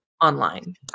online